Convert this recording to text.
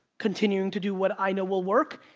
continuing to do what i know will work,